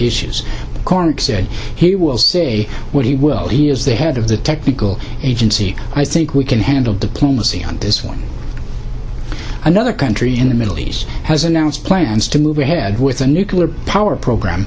issues couric said he will say what he will he is the head of the technical agency i think we can handle diplomacy on this one another country in the middle east has announced plans to move ahead with a nuclear power program